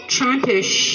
Trampish